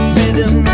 rhythm